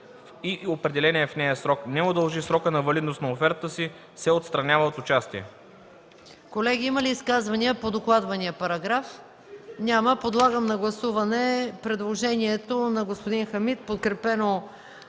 в определения в нея срок не удължи срока на валидност на офертата си, се отстранява от участие.“